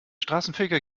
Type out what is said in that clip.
straßenfeger